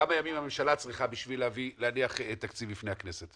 כמה ימים הממשלה צריכה בשביל להניח תקציב בפני הכנסת?